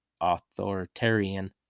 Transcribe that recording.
authoritarian